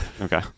okay